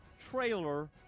Trailer